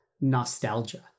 nostalgia